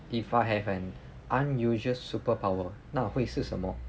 if I have an unusual superpower 那会是什么